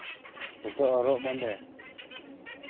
ᱱᱤᱛᱚᱜ ᱦᱚᱨᱚᱜ ᱵᱟᱸᱫᱮ